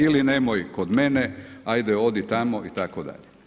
Ili nemoj kod mene, ajde odi tamo itd.